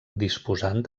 disposant